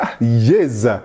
yes